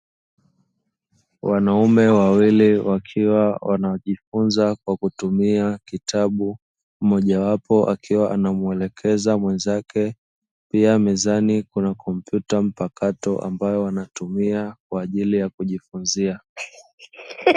Wanaume wawili wakiwa wanajifunza kwa kutumia kitabu, mmoja wapo akiwa anamuelekeza mwenzake; pia mezani kuna kompyuta mpakato ambayo wanatumia kwa ajili ya kujifunzia.